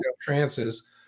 trances